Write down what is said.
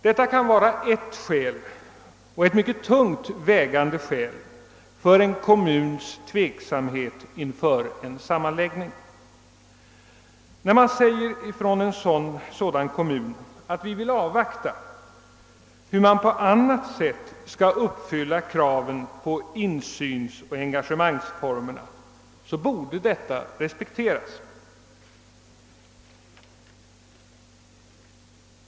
Detta kan vara ett mycket tungt vägande skäl för en kommuns tveksamhet inför en sammanläggning. När man från en sådan kommuns sida säger att man vill avvakta och se hur man på annat sätt skall uppfylla kraven på insynsoch engagemangsformerna borde detta respekteras.